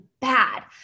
bad